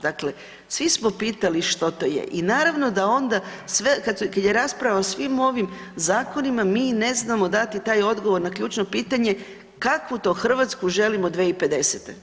Dakle, svi smo pitali što to je i naravno da onda sve, kad je rasprava o svim ovim zakonima mi ne znamo dati taj odgovor na ključno pitanje kakvu to Hrvatsku želimo 2050.